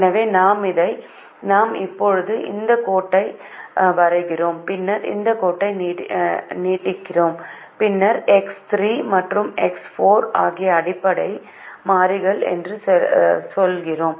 எனவே நாம் இப்போது இந்த கோட்டை வரைகிறோம் பின்னர் இந்த கோட்டை நீட்டிக்கிறோம் பின்னர் எக்ஸ் 3 மற்றும் எக்ஸ் 4 ஆகியவை அடிப்படை மாறிகள் என்று சொல்கிறோம்